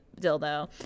dildo